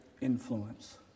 influence